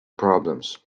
problems